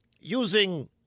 using